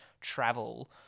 travel